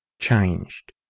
changed